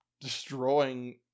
destroying